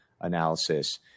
analysis